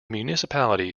municipality